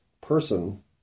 person